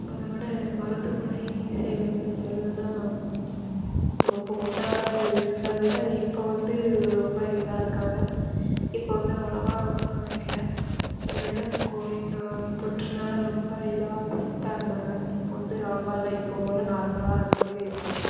அட விட மருத்துவமனை செவிலியர்கள் பற்றி சொல்லனுன்னா ரொம்ப முன்னால் இருந்ததை விட இப்போ வந்து ரொம்ப இதாக இருக்காங்க இப்போ வந்து அவ்வளோவா ஒன்றும் இல்லை முன்னாடி எல்லாம் இந்த கோவி தோ தொற்றுனால ரொம்ப இதாக ஸ்ரிட்டாக இருந்தாங்க இப்போ வந்து அவ்வளோவா இல்லை எப்போவும் போல் நார்மல்லாக இருந்த மாதிரி இருக்காங்க